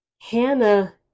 Hannah